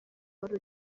wari